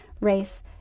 race